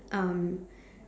um